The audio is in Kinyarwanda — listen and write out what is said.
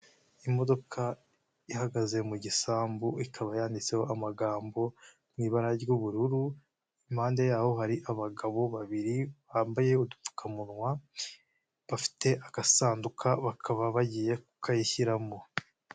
Imodoka ihagaze mu gisambu ikaba yanditseho amagambo mu ibara ry'ubururu, impande yaho hari abagabo babiri bambaye udupfukamunwa bafite agasanduka bakaba bagiye kukayishyiramo.